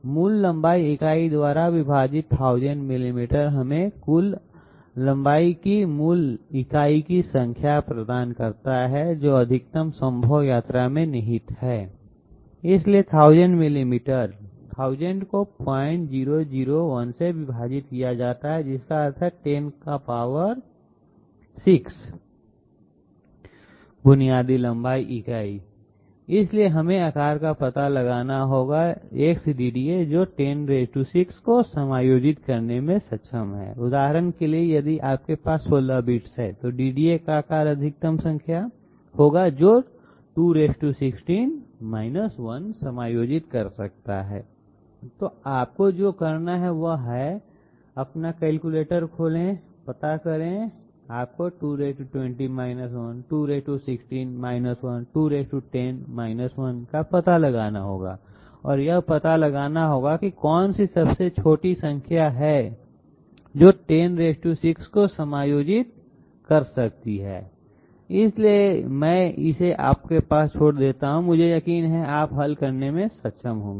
मूल लंबाई इकाई द्वारा विभाजित 1000 मिलीमीटर हमें कुल लंबाई की मूल इकाई की संख्या प्रदान करता है जो अधिकतम संभव यात्रा में निहित होती है इसलिए 1000 मिलीमीटर 1000 को 0001 से विभाजित किया जाता है जिसका अर्थ है 106 बुनियादी लंबाई इकाई इसलिए हमें आकार का पता लगाना होगा X DDA जो 106 को समायोजित करने में सक्षम होगा उदाहरण के लिए यदि आपके पास 16 बिट्स हैं तो DDA का आकार अधिकतम संख्या होगा जो 216 1 समायोजित कर सकता है तो आपको जो करना है वह है अपना कैलकुलेटर खोलें पता करें आपको 220 1 216 1 210 1 का पता लगाना होगा और यह पता लगाना होगा कि कौन सी सबसे छोटी संख्या है जो 106 को समायोजित कर सकती है इसलिए मैं इसे आपको छोड़ देता हूं मुझे यकीन है कि आप हल करने में सक्षम होंगे